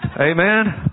Amen